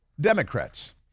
Democrats